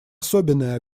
особенные